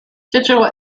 digital